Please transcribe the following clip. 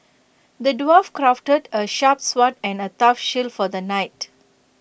the dwarf crafted A sharp sword and A tough shield for the knight